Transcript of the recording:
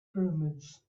pyramids